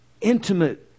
intimate